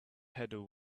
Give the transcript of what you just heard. pedal